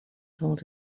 told